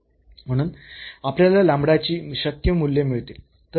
म्हणून आपल्याला ची शक्य मूल्ये मिळतील